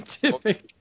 Scientific